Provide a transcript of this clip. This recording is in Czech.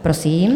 Prosím.